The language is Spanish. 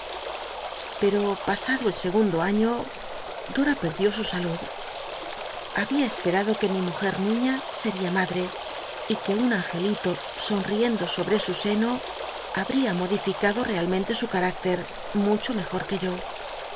pero pasado el segundo año dora perdió su salud había esperado que mi mujer niña se ma y que un angelito sonriendo sobre su seno dr mucho habría mod ificado eahncnle su ca ictc mejor que yo